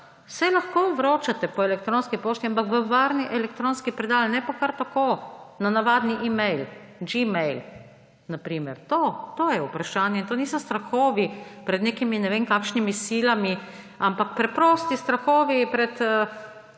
Saj lahko vročate po elektronski pošti, ampak v varni elektronski predal, ne pa kar tako, na navadni e-mail, na primer gmail. To, to je vprašanje. To niso strahovi pred nekimi ne vem kakšnimi silami, ampak preprosti strahovi pred